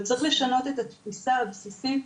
אבל צריך לשנות את התפיסה הבסיסית,